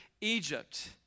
Egypt